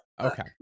Okay